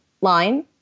line